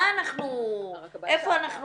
מה אנחנו, איפה אנחנו חיים.